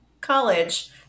college